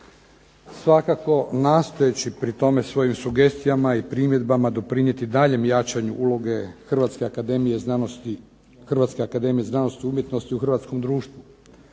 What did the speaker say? Svakako nastojeći pri tome svojim sugestijama i primjedbama doprinijeti daljnjem jačanju uloge Hrvatske akademije znanosti i umjetnosti u hrvatskom društvu